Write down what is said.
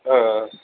ஆ ஆ